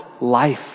life